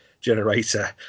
generator